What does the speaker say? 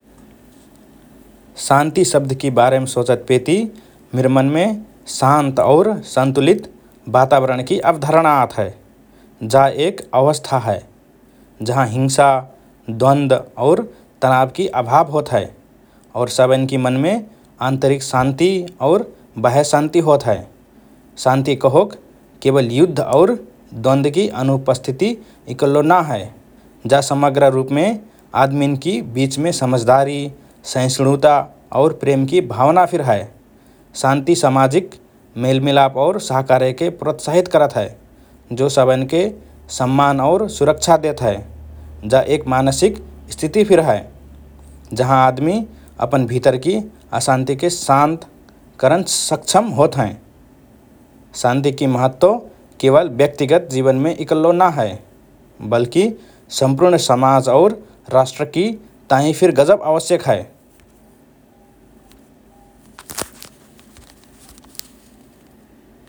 “शान्ति” शब्दकि बारेम सोचतपेति मिर मनमे शान्त और सन्तुलित वातावरणकि अवधारणा आत हए । जा एक अवस्था हए जहाँ हिंसा, द्वन्द और तनावकि अभाव होत हए और सबएन्कि मनमे आन्तरिक शान्ति और बाह्य शान्ति होत हए । शान्ति कहोक केवल युद्ध और द्वन्दकि अनुपस्थिति इकल्लो ना हए, जा समग्र रुपमे आदमिन्कि बीचमे समझदारी, सहिष्णुता और प्रेमकि भावना फिर हए । शान्ति, समाजिक मेलमिलाप और सहकार्यके प्रोत्साहित करत हए, जो सबएन्के सम्मान और सुरक्षा देत हए । जा एक मानसिक स्थिति फिर हए, जहाँ आदमि अपन भितरकि अशान्तिके शान्त करन स–सक्षम होत हएँ । शान्तिकि महत्व केवल व्यक्तिगत जीवनमे इकल्लो ना हए वल्कि सम्पूर्ण समाज और राष्ट्रकि ताहिँ फिर गजब आवश्यक हए ।